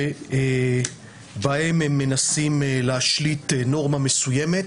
שבהן הם מנסים להשליט נורמה מסוימת